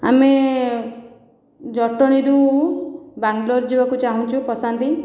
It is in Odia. ଆମେ ଜଟଣୀରୁ ବାଙ୍ଗଲୋର ଯିବାକୁ ଚାହୁଁଛୁ ପ୍ରଶାନ୍ତି